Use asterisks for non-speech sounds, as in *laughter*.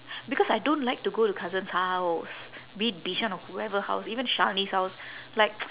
because I don't like to go to cousin's house be it bishan or whoever house like shani's house like *noise*